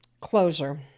Closure